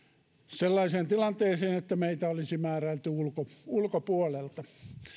sellaiseen tilanteeseen että meitä olisi määräilty ulkopuolelta